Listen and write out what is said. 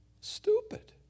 stupid